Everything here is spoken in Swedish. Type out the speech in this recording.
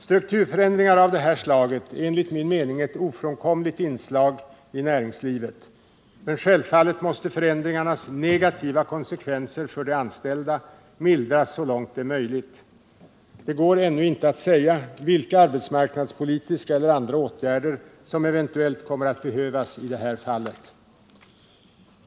Strukturförändringar av det här slaget är enligt min uppfattning ett ofrånkomligt inslag i näringslivet, men självfallet måste förändringarnas negativa konsekvenser för de anställda mildras så långt det är möjligt. Det går ännu inte att säga vilka arbetsmarknadspolitiska eller andra åtgärder som eventuellt kommer att behövas i det här fallet.